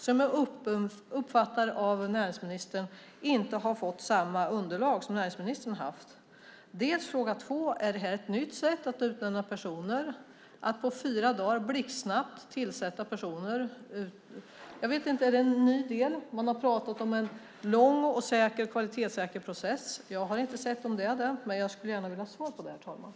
Som jag uppfattar näringsministern har statsministern inte fått samma underlag som det som näringsministern har haft. Är det ett nytt sätt att utnämna personer att på fyra dagar blixtsnabbt tillsätta personer? Är det en ny del? Jag vet inte. Man har ju pratat om en lång och kvalitetssäker process. Jag har inte sett om det är så och skulle gärna, herr talman, vilja ha ett svar om det.